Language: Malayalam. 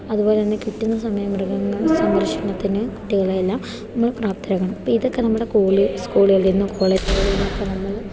അതുപോലെത്തന്നെ കിട്ടുന്ന സമയം മൃഗങ്ങൾ സംരക്ഷണത്തിന് കുട്ടികളെല്ലാം നമ്മൾ പ്രാപ്തരാക്കണം ഇപ്പം ഇതൊക്കെ നമ്മുടെ സ്കൂളിൽ സ്കൂളുകളിൽനിന്നും കോളേജിൽ നിന്നൊക്കെ നമ്മൾ